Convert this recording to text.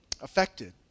affected